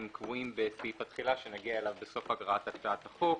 הם קבועים בסעיף התחילה שנגיע אליו בסוף הקראת הצעת החוק.